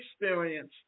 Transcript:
experience